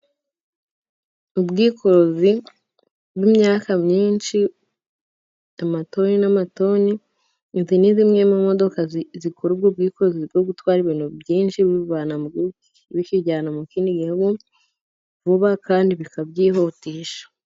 Ubwikorezi bw'imyaka myinshi, tomatoni n'amatoni, izi ni zimwe mu modoka zikora ubwo bwikore bwo gutwara ibintu byinshi, bibivana mu gihugu bikijyana mu kindi gihugu, vuba kandi bikabyihutisha.